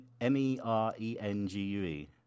M-E-R-E-N-G-U-E